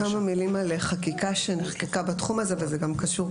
כמה מילים על חקיקה שנחקקה בתחום הזה וזה גם קשור,